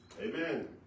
Amen